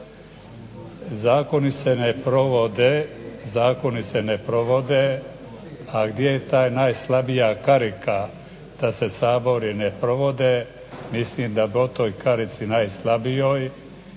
Zakoni se ne provode, a gdje je ta najslabija karika da se zakoni ne provode, mislim da bi o toj karici najslabijoj